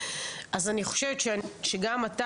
אז אני חושבת שגם אתה